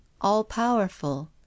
All-powerful